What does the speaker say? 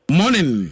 morning